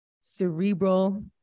cerebral